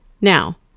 Now